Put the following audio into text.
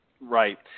Right